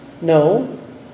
No